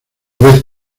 vez